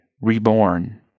reborn